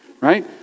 right